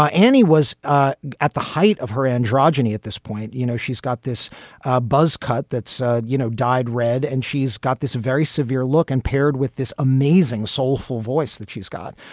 ah annie was ah at the height of her androgyny at this point. you know, she's got this ah buzz cut that's, you know, dyed red and she's got this very severe look and paired with this amazing soulful voice that she's got.